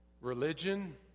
religion